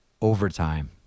overtime